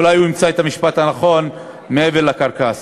אולי הוא ימצא את המשפט הנכון מעבר לקרקס.